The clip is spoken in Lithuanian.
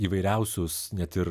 įvairiausius net ir